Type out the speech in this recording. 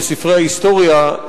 בספרי ההיסטוריה,